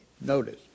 Notice